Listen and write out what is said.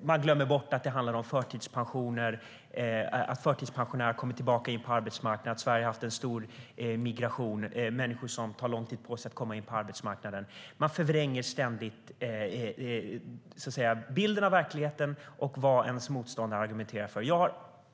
Man glömmer bort att det handlar om att förtidspensionärer har kommit tillbaka in på arbetsmarknaden och att Sverige har haft en stor immigration av människor som tar lång tid på sig att komma in på arbetsmarknaden. Man förvränger ständigt bilden av verkligheten och vad ens motståndare argumenterar för. Jag har